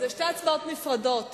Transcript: אלה שתי הצבעות נפרדות.